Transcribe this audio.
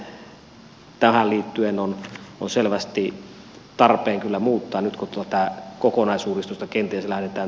toinen asia joka on selvästi tarpeen muuttaa nyt kun tätä kokonaisuudistusta kenties lähdetään